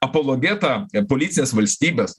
apologetą policės valstybės